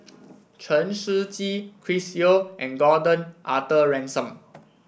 Chen Shiji Chris Yeo and Gordon Arthur Ransome